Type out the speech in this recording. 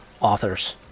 authors